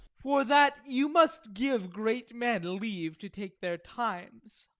for that you must give great men leave to take their times.